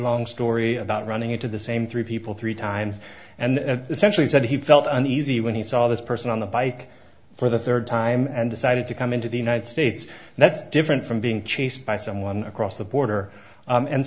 long story about running into the same three people three times and at the century said he felt uneasy when he saw this person on the bike for the third time and decided to come into the united states that's different from being chased by someone across the border